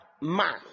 man